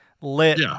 lit